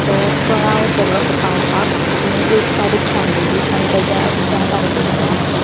तो कळाव केलो तें पावपाक तुमी एक तारीख सांगलेली आनी ताच्या त्या तारखेच्या